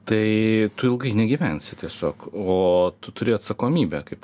tai tu ilgai negyvensi tiesiog o tu turi atsakomybę kaip